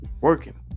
working